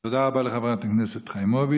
תודה רבה לחברת הכנסת חיימוביץ'.